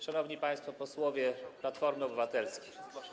Szanowni Państwo Posłowie Platformy Obywatelskiej!